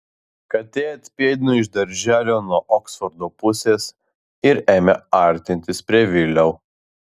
katė atpėdino iš darželio nuo oksfordo pusės ir ėmė artintis prie vilio